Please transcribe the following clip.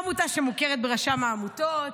עמותה שמוכרת ברשם העמותות,